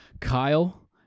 Kyle